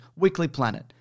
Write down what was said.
weeklyplanet